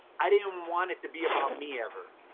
i didn't want it to be about me ever,